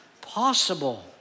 possible